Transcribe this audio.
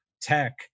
tech